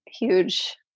huge